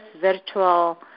virtual